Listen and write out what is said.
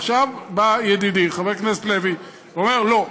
עכשיו בא ידידי חבר הכנסת לוי ואומר: לא.